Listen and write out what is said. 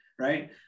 right